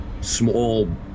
Small